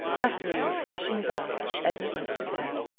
after a refreshing bath, edna went to bed.